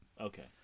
Okay